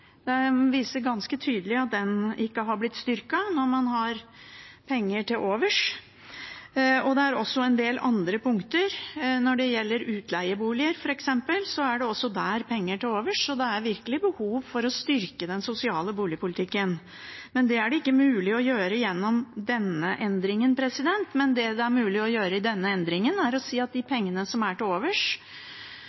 Det viser ganske tydelig at den ikke er blitt styrket, når man har penger til overs. Det gjelder også en del andre punkter, f.eks. når det gjelder utleieboliger, er det også der penger til overs. Det er virkelig behov for å styrke den sosiale boligpolitikken. Det er det ikke mulig å gjøre gjennom denne endringen, men det det er mulig å gjøre i denne endringen, er å si at de